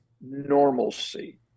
normalcy